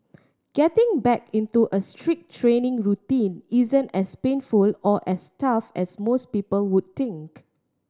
getting back into a strict training routine isn't as painful or as tough as most people would think